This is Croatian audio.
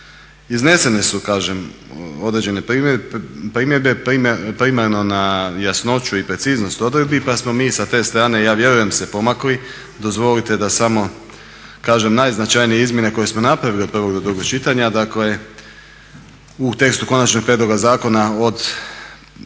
iznesene su kažem određene primjedbe, primarno na jasnoću i preciznost odredbi pa smo mi sa te strane ja vjerujem se pomakli. Dozvolite da samo kažem najznačajnije izmjene koje smo napravili od prvog do drugog čitanja. Dakle, u tekstu konačnog prijedloga zakona od